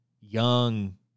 young